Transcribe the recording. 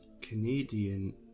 Canadian